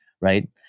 right